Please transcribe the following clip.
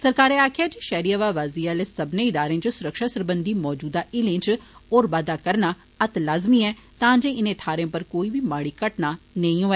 सरकारै आखेआ ऐ जे षैह्री हवाबाजी आह्ले सव्मने इदारें च सुरक्षा सरबंधी मौजूदा हीलें च होर बाद्दा करना अत्त लाज़मी ऐ तांजे इनें थाह्रें पर कोई बी माड़ी घटना नेईं होऐ